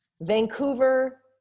vancouver